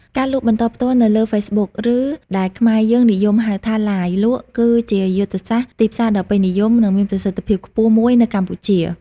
ការលក់បន្តផ្ទាលនៅលើ Facebook ឬដែលខ្មែរយើងនិយមហៅថា Live លក់ គឺជាយុទ្ធសាស្ត្រទីផ្សារដ៏ពេញនិយម និងមានប្រសិទ្ធភាពខ្ពស់មួយនៅកម្ពុជា។